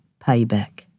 payback